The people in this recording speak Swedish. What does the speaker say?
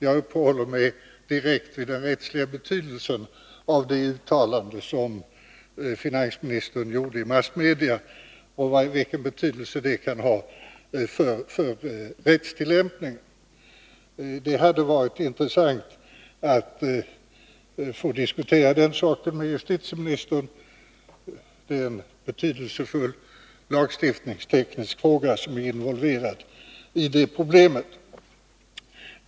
Jag uppehåller mig direkt vid den rättsliga betydelsen av det uttalande som finansministern gjorde i massmedia. Det hade varit intressant att med justitieministern få diskutera vilken betydelse det kan ha för rättstillämpningen. Det är en betydelsefull lagstiftningsteknisk fråga som är involverad i detta problem.